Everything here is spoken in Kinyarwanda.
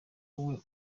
wowe